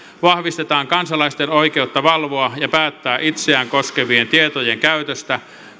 vahvistetaan kansalaisten oikeutta valvoa ja päättää itseään koskevien tietojen käytöstä